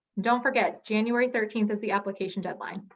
don't forget, january thirteenth is the application deadline,